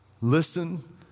Listen